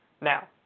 Now